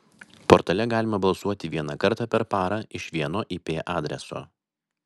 portale galima balsuoti vieną kartą per parą iš vieno ip adreso